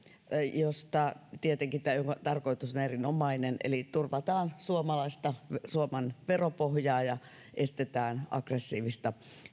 jonka tarkoitus tietenkin on erinomainen eli turvataan suomen veropohjaa ja estetään aggressiivista